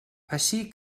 ací